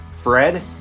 Fred